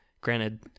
Granted